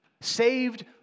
Saved